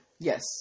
yes